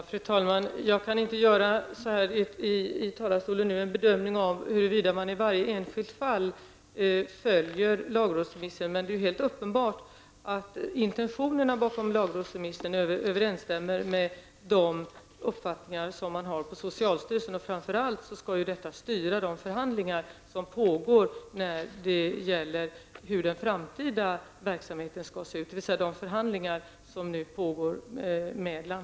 Fru talman! Jag kan inte härifrån talarstolen göra en bedömning av huruvida man i varje enskilt fall följer vad som uttalats i lagrådsremissen, men det är helt uppenbart att intentionerna i lagrådsremissen överensstämmer med de uppfattningar som man har på socialstyrelsen. Framför allt skall de intentionerna styra de förhandlingar som nu pågår med landstingen om hur den framtida verksamheten skall se ut.